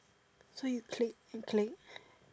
so you click and click